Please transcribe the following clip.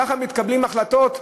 ככה מקבלים החלטות?